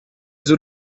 z’u